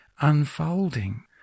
unfolding